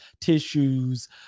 tissues